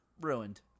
ruined